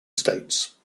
states